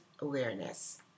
awareness